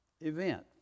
event